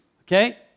okay